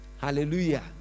Hallelujah